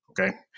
Okay